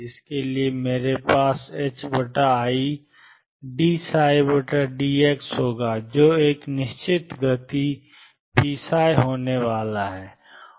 इसके लिए मेरे पास idψ dx होगा जो एक निश्चित गति pψ होने वाला है